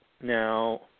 now